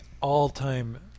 all-time